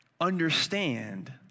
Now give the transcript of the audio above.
understand